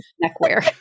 neckwear